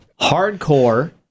Hardcore